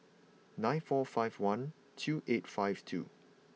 nine four five one two eight five two